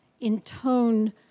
intone